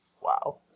Wow